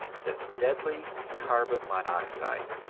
the deadly carbon monoxide.